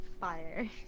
fire